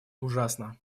ужасно